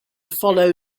follow